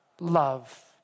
love